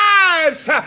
lives